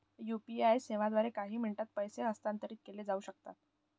UPI सेवांद्वारे काही मिनिटांत पैसे हस्तांतरित केले जाऊ शकतात